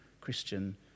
Christian